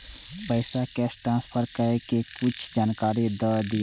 पैसा cash transfer करऐ कि कुछ जानकारी द दिअ